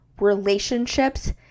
relationships